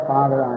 Father